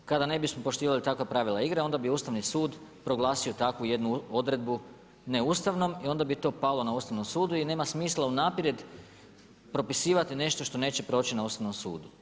Kada ne bismo poštivali takva pravila igre, onda bi Ustavni sud proglasio takvu jednu odredbu neustavnom i onda bi to palo na Ustavnom sudu i nema smisla unaprijed propisivati nešto što neće proći na Ustavnom sudu.